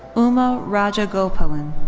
uma rajagopalan.